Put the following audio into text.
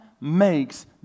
makes